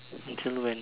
until when